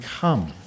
come